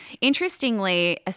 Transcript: interestingly